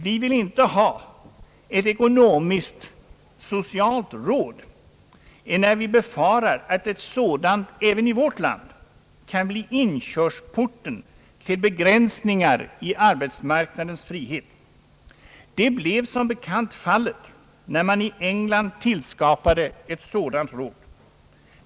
Vi vill inte ha ett ekonomisk-socialt råd, enär vi befarar att ett sådant även i vårt land kan bli inkörsporten till begränsningar i arbetsmarknadens frihet. Det blev som bekant fallet när man i England tillskapade ett sådant råd.